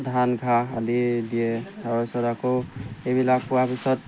ধান ঘাঁহ আদি দিয়ে তাৰপিছত আকৌ এইবিলাক পোৱাৰ পিছত